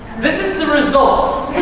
this is the results.